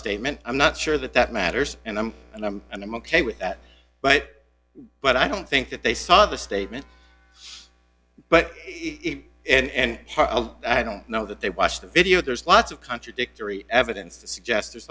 statement i'm not sure that that matters and i'm and i'm and i'm ok with that but but i don't think that they saw the statement but and i don't know that they watched the video there's lots of contradictory evidence to suggest there's